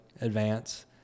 advance